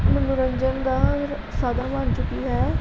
ਮਨੋਰੰਜਨ ਦਾ ਸਾਧਨ ਬਣ ਚੁੱਕੀ ਹੈ